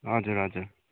हजुर हजुर